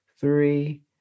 three